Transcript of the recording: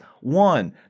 one